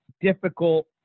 difficult